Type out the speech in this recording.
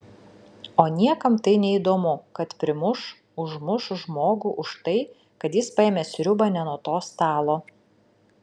o niekam tai neįdomu kad primuš užmuš žmogų už tai kad jis paėmė sriubą ne nuo to stalo